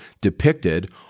depicted